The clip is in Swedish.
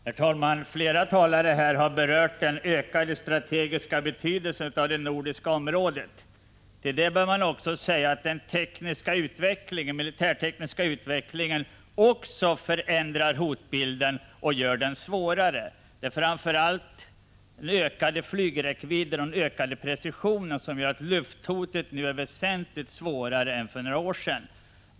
Herr talman! Flera talare har berört den ökade strategiska betydelsen av det nordiska området. Till det bör läggas att den militärtekniska utvecklingen också förändrar hotbilden och gör den allvarligare. Det är framför allt ökade flygräckvidder som gör att lufthotet nu är väsentligt svårare än för några år sedan.